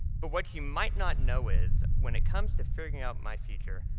but what you might not know is when it comes to figuring out my future,